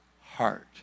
heart